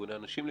מארגוני הנשים,